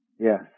Yes